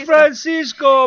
Francisco